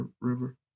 River